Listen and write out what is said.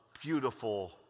beautiful